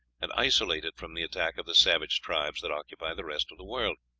and isolated from the attack of the savage tribes that occupied the rest of the world?